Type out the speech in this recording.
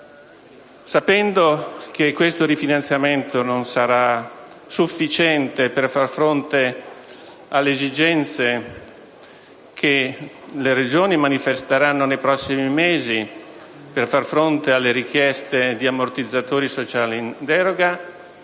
Sapendo che questo rifinanziamento non sarà sufficiente per far fronte alle esigenze che le Regioni manifesteranno nei prossimi mesi per richieste relative ad ammortizzatori sociali in deroga,